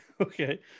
Okay